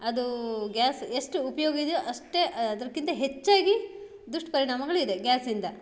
ಅದು ಗ್ಯಾಸ್ ಎಷ್ಟು ಉಪಯೋಗ ಇದೆಯೊ ಅಷ್ಟೇ ಅದರಕ್ಕಿಂತ ಹೆಚ್ಚಾಗಿ ದುಷ್ಪರಿಣಾಮಗಳು ಇದೆ ಗ್ಯಾಸಿಂದ